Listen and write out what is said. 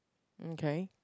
okay